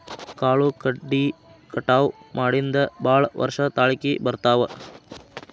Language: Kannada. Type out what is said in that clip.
ಕಾಳು ಕಡಿ ಕಟಾವ ಮಾಡಿಂದ ಭಾಳ ವರ್ಷ ತಾಳಕಿ ಬರ್ತಾವ